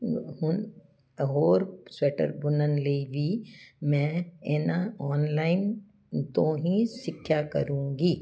ਹੁਣ ਹੋਰ ਸਵੈਟਰ ਬੁਣਨ ਲਈ ਵੀ ਮੈਂ ਇਹਨਾਂ ਆਨਲਾਈਨ ਤੋਂ ਹੀ ਸਿੱਖਿਆ ਕਰੂੰਗੀ